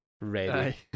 ready